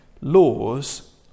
laws